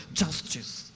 justice